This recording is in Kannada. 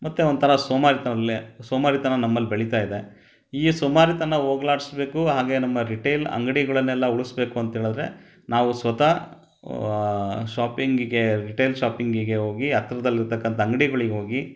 ಮತ್ತೆ ಒಂಥರ ಸೋಮಾರಿತನದಲ್ಲಿ ಸೋಮಾರಿತನ ನಮ್ಮಲ್ಲಿ ಬೆಳೀತಾಯಿದೆ ಈ ಸೋಮಾರಿತನ ಹೋಗಲಾಡ್ಸ್ಬೇಕು ಹಾಗೇ ನಮ್ಮ ರಿಟೇಲ್ ಅಂಗಡಿಗಳನ್ನೆಲ್ಲ ಉಳಿಸ್ಬೇಕು ಅಂಥೇಳಿದ್ರೆ ನಾವು ಸ್ವತಃ ಶಾಪಿಂಗಿಗೆ ರಿಟೇಲ್ ಶಾಪಿಂಗಿಗೆ ಹೋಗಿ ಹತ್ತಿರದಲ್ಲಿರ್ತಕ್ಕಂಥ ಅಂಗಡಿಗಳಿಗೋಗಿ